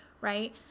right